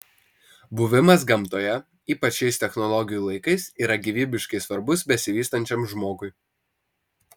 buvimas gamtoje ypač šiais technologijų laikais yra gyvybiškai svarbus besivystančiam žmogui